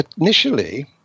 initially